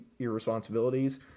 irresponsibilities